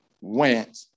went